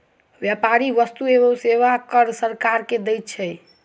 व्यापारी वस्तु एवं सेवा कर सरकार के दैत अछि